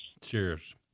Cheers